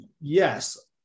yes